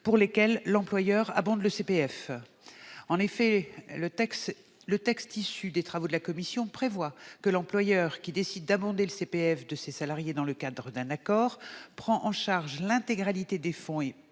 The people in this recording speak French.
pour lesquelles l'employeur abonde le CPF. En effet, le texte issu des travaux de la commission prévoit que l'employeur qui décide d'abonder le CPF de ses salariés dans le cadre d'un accord prend en charge l'intégralité des fonds et